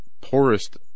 poorest